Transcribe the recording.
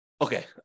Okay